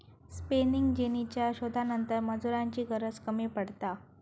spinning जेनीच्या शोधानंतर मजुरांची गरज कमी पडता